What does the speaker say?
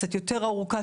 קצת יותר ארוכה,